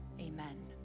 Amen